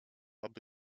aby